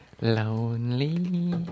lonely